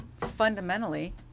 fundamentally